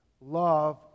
love